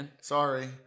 Sorry